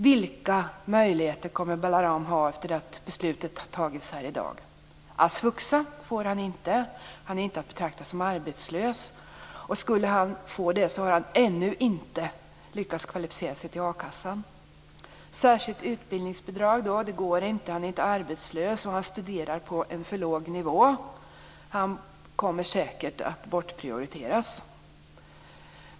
Vilka möjligheter kommer Balaram att ha efter det att dagens beslut har fattats? Svuxa får han inte. Han är inte att betrakta som arbetslös. Skulle han få det har han ännu inte kvalificerat sig till a-kassa. Det går inte med särskilt utbildningsbidrag. Han är inte arbetslös, och han studerar på en för låg nivå. Han kommer säkert att bortprioriteras.